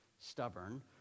stubborn